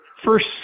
First